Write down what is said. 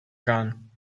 gone